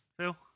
Phil